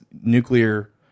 nuclear